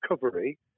recovery